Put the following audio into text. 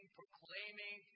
proclaiming